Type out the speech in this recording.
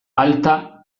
alta